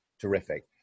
terrific